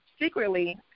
secretly